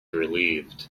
relieved